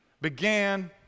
began